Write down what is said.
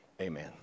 amen